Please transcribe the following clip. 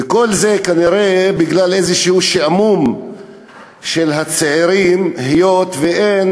וכל זה, כנראה, בגלל שעמום של הצעירים, היות שאין